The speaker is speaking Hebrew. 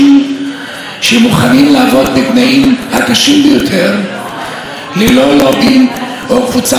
ללא לובי או קבוצת לחץ, ללא אוזן קשבת מהממשלה.